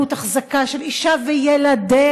כעלות אחזקה של אישה וילדיה,